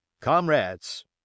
comrades